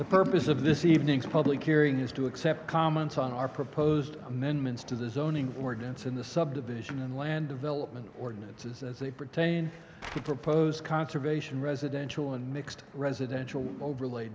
the purpose of this evening's public airing is to accept comments on our proposed amendments to the zoning ordinance in the subdivision and land development ordinances as they pertain to proposed conservation residential and mixed residential overlay